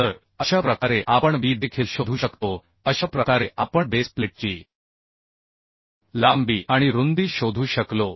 तर अशा प्रकारे आपण b देखील शोधू शकतो अशा प्रकारे आपण बेस प्लेटची लांबी आणि रुंदी शोधू शकलो